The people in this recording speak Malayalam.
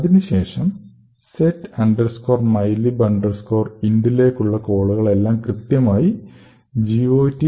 അതിനുശേഷം set mylib int ലേക്കുള്ള കോളുകൾ എല്ലാം കൃത്യമായി GOT